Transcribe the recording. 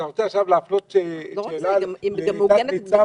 אתה רוצה עכשיו להפנות שאלה לשוטר שאיתנו?